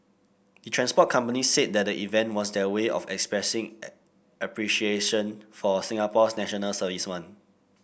the transport companies said that the event was their way of expressing appreciation for Singapore's National Servicemen